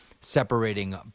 separating